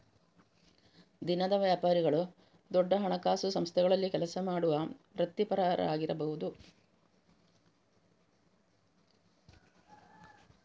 ದಿನದ ವ್ಯಾಪಾರಿಗಳು ದೊಡ್ಡ ಹಣಕಾಸು ಸಂಸ್ಥೆಗಳಲ್ಲಿ ಕೆಲಸ ಮಾಡುವ ವೃತ್ತಿಪರರಾಗಿರಬಹುದು